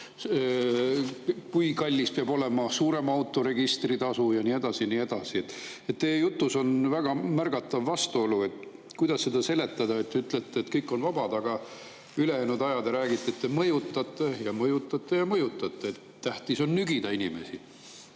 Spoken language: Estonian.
kui kallis peab olema suurema auto registritasu, ja nii edasi ja nii edasi. Teie jutus on väga märgatav vastuolu. Kuidas [mõista] seda, kui te [kord] ütlete, et kõik on vabad, aga ülejäänud aja räägite, et te mõjutate ja mõjutate ja mõjutate, et tähtis on inimesi